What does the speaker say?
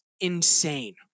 insane